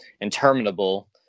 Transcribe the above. interminable